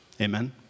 Amen